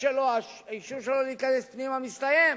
האישור שלו להיכנס פנימה מסתיים.